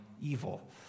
evil